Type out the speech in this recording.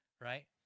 right